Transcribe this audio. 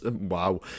Wow